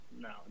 No